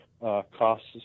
Costs